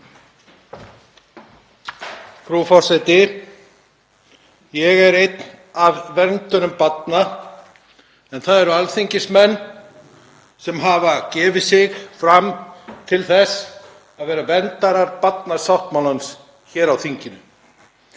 Frú forseti. Ég er einn af verndurum barna en það eru alþingismenn sem hafa boðið sig fram til þess að vera verndarar barnasáttmálans hér á þinginu.